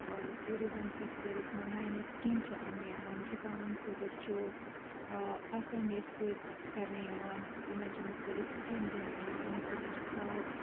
آ tourism sectors منٛزنَیہِ نَیہِ سکیم چھِ اَنہٕ یِوان کِسانن خٲطرٕ چھُ آسٲنی ٲس پٲدٕ کَرنہٕ یوان تِمن چھِ مختلف سکیم دِنہٕ یوان تِمن چھِ کھاد